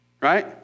Right